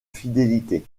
fidélité